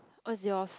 what's yours